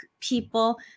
people